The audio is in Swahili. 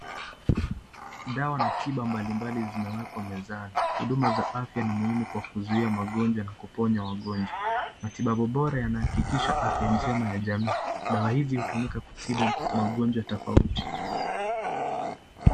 Dawa ni tiba mbali mbali zimewekwa mezani. Huduma za afya ni mingi kwa kuzuia magonjwa na kuponya wangonjwa. Matibabu bora yanahakikisha afya njema ya jamii. Dawa hizi hutumika kutibu magonjwa tofauti.